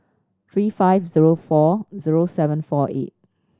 three five zero four zero seven four eight